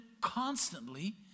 constantly